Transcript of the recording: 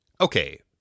Okay